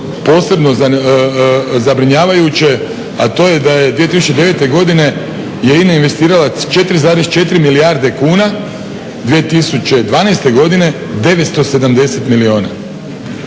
posebno zabrinjavajuće a to je da je 2009. godine je INA investirala 4,4 milijarde kune, 2012. godine 970 milijuna.